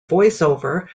voiceover